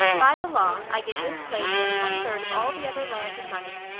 by the law, i get this place and one third of all the other land and money.